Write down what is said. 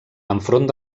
enfront